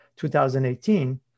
2018